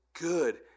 good